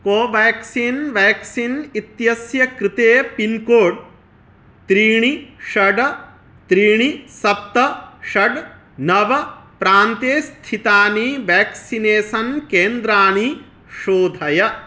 Covaxin vaccine इत्येतस्य कृते pincode त्रीणि षट् त्रीणि सप्त षट् नव प्रान्ते स्थितानि बेक्सिनेसन् केन्द्राणि शोधय